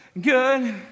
good